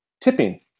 tipping